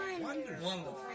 Wonderful